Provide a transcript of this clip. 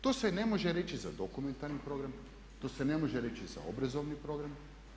To se ne može reći za dokumentarni program, to se ne može reći za obrazovni program.